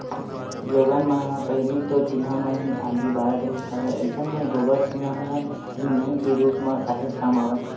लोगन मन ह पहिली तो चूल्हा म ही आगी बारत रिहिस हवय अइसन म गोबर छेना ह ईधन के रुप म काहेच काम आवय